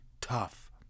tough